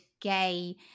Gay